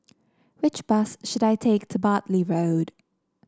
which bus should I take to Bartley Road